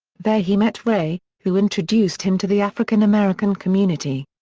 there he met ray, who introduced him to the african-american community.